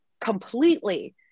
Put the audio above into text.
completely